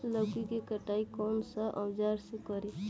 लौकी के कटाई कौन सा औजार से करी?